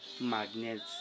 magnets